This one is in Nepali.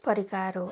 परिकार हो